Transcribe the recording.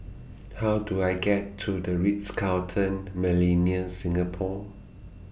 How Do I get to The Ritz Carlton Millenia Singapore